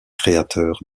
créateur